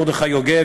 מרדכי יוגב,